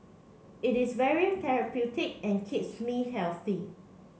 it is very therapeutic and keeps me healthy